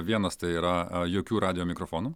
vienas tai yra jokių radijo mikrofonų